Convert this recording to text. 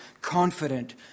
confident